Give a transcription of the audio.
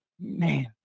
man